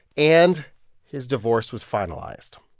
and his divorce was finalized.